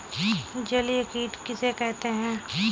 जलीय कीट किसे कहते हैं?